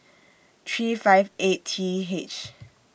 three five eight T H